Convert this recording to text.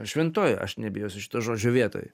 šventoj aš nebijosiu šito žodžio vietoj